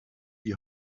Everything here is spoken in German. die